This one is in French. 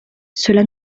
cela